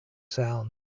sound